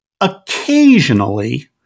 occasionally